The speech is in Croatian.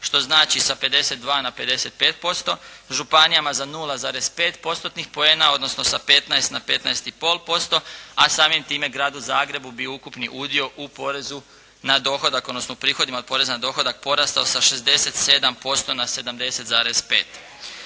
što znači sa 52 na 55%, županijama za 0,5%-tna poena, odnosno sa 15 na 15,5%, a samim time Gradu Zagrebu bi ukupni udio u porezu na dohodak, odnosno prihodima od poreza na dohodak porastao sa 67% na 70,5.